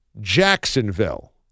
Jacksonville